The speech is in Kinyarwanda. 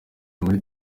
muri